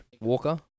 Walker